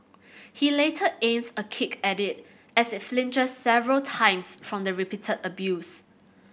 he later aims a kick at it as it flinches several times from the repeated abuse